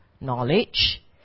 knowledge